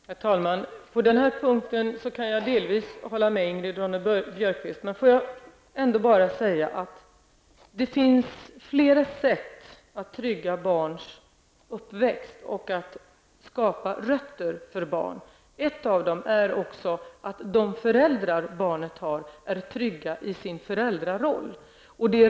Herr talman! På den här punkten kan jag delvis hålla med Ingrid Ronne-Björkqvist. Det finns dock flera sätt att trygga barns uppväxt och skapa rötter för barn. Ett av dem är att barnets föräldrar är trygga i sin föräldraroll.